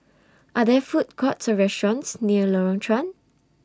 Are There Food Courts Or restaurants near Lorong Chuan